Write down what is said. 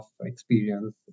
experience